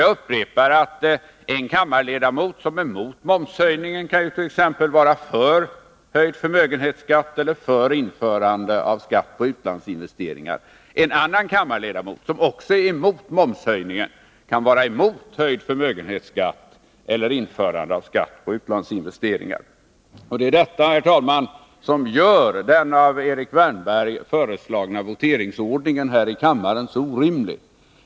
Jag upprepar att en kammarledamot som är emot momshöjningen kan vara för höjd förmögenhetsskatt eller för införande av skatt på utlandsinvesteringar. En annan kammarledamot, som också är emot momshöjningen, kan vara emot höjd förmögenhetsskatt eller införande av skatt på utlandsinvesteringar. Det är detta, herr talman, som gör den av Erik Wärnberg föreslagna voteringsordningen här i kammaren så orimlig.